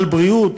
על בריאות,